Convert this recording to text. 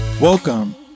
Welcome